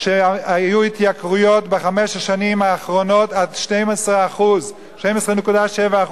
שהיו בהן בחמש השנים האחרונות התייקרויות עד 12.7%,